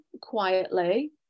quietly